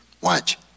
Watch